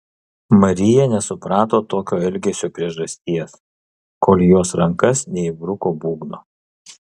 marija nesuprato tokio elgesio priežasties kol į jos rankas neįbruko būgno